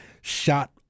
Shot